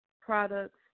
products